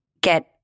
Get